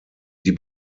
die